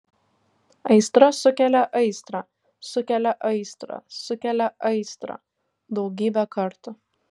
aistra sukelia aistrą sukelia aistrą sukelia aistrą daugybę kartų